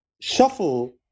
shuffle